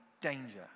danger